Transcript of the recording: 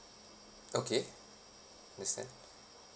okay understand